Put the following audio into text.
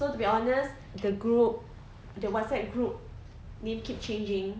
so to be honest the group the WhatsApp group name keep changing